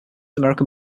american